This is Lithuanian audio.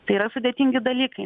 tai yra sudėtingi dalykai